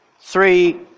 three